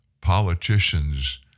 politicians